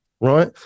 right